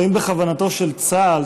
האם בכוונת צה"ל,